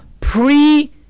pre